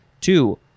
Two